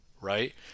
right